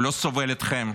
הוא לא סובל אתכם.